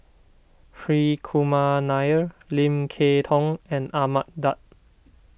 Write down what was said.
Hri Kumar Nair Lim Kay Tong and Ahmad Daud